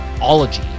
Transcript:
Ology